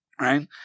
right